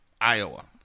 Iowa